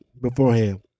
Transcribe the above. beforehand